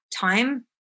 time